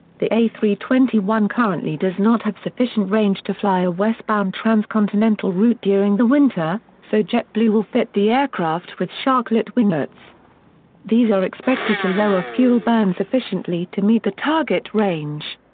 the a three two one currently does not have sufficient range to fly a westbound transcontinental route during the winter, so jetblue will fit the aircraft with sharklet winglets these are expected to lower fuel burn sufficiently to meet the target range.